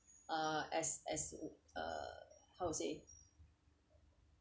uh as as uh how to say